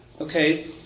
Okay